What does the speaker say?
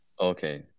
Okay